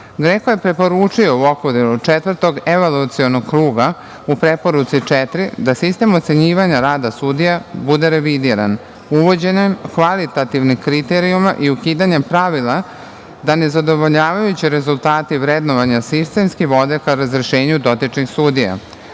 je preporučio u okviru Četvrtog evolucionog kruga, u preporuci četiri da sistem osenjivanja rada sudija bude revidiran, uvođenjem kvalitativnih kriterijuma i ukidanjem pravila da nezadovoljavajuće rezultate i vrednovanja sistemski vode ka razrešenju dotičnih